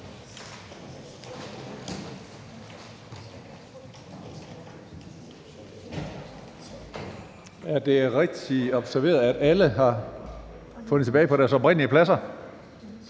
Er det rigtigt observeret, at alle har fundet tilbage på deres rigtige pladser?